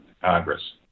Congress